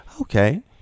okay